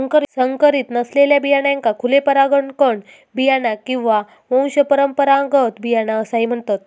संकरीत नसलेल्या बियाण्यांका खुले परागकण बियाणा किंवा वंशपरंपरागत बियाणा असाही म्हणतत